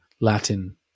Latin